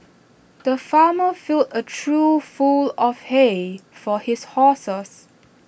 the farmer filled A trough full of hay for his horses